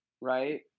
right